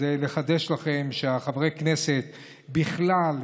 אז לחדש לכם שחברי הכנסת בכלל,